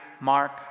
Mark